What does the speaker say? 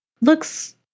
Looks